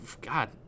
God